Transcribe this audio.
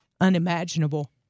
unimaginable